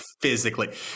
physically